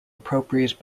appropriate